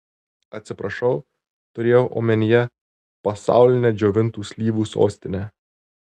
atsiprašau turėjau omenyje pasaulinę džiovintų slyvų sostinę